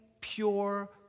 pure